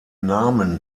namen